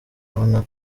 babona